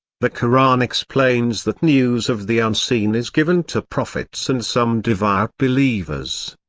the koran explains that news of the unseen is given to prophets and some devout believers.